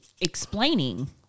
explaining